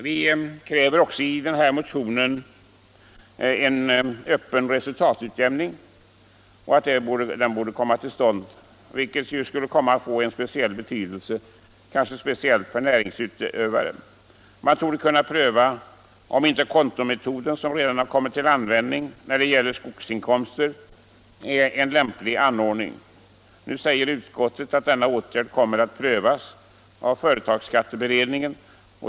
Vi kräver också en öppen resultatutjämning, som skulle kunna få stor betydelse särskilt för näringsutövare. Man torde kunna pröva om inte kontometoden, som redan har kommit till användning när det gäller skogsinkomster, är en lämplig anordning. Nu säger utskottet att denna åtgärd kommer att prövas av företagsskatteberedningen.